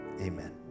Amen